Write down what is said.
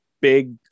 big